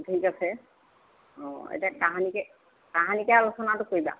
ঠিক আছে অঁ এতিয়া কাহানিকৈ কাহানিকৈ আলোচনাটো কৰিবা